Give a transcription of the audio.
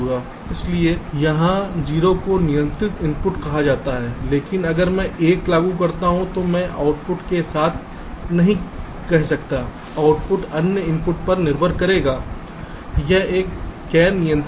इसलिए यहां 0 को नियंत्रित इनपुट कहा जाता है लेकिन अगर मैं 1 लागू करता हूं तो मैं आउटपुट के साथ नहीं कह सकता आउटपुट अन्य इनपुट पर निर्भर करेगा यह एक गैर नियंत्रित मान है